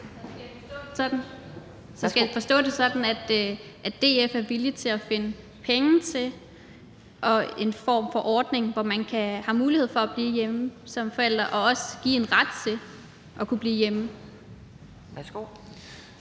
Skal jeg forstå det sådan, at DF er villige til at finde penge til en form for ordning, hvor man har mulighed for at blive hjemme som forælder – altså at der også bliver givet en ret til at kunne blive hjemme?